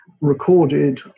recorded